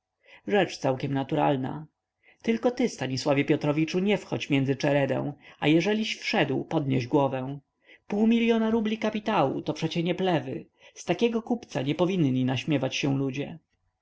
rzecz całkiem naturalna tylko ty stanisławie piotrowiczu nie wchodź między czeredę a jeżeliś wszedł podnieś głowę pół miliona rubli kapitału to przecie nie plewy z takiego kupca nie powinni naśmiewać się ludzie